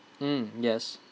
mm yes